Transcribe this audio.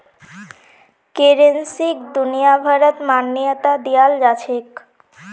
करेंसीक दुनियाभरत मान्यता दियाल जाछेक